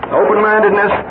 open-mindedness